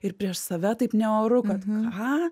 ir prieš save taip neoru kad ką